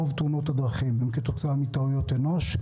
רוב תאונות הדרכים הן כתוצאה מטעויות אנוש,